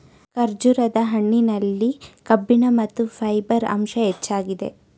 ಖರ್ಜೂರದ ಹಣ್ಣಿನಲ್ಲಿ ಕಬ್ಬಿಣ ಮತ್ತು ಫೈಬರ್ ಅಂಶ ಹೆಚ್ಚಾಗಿದೆ